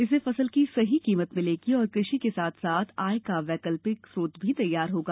इससे फसल की सही कीमत भिलेगी और कृषि के साथ साथ आय का वैकल्पिक स्रोत भी तैयार होगा